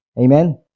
amen